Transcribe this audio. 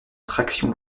traction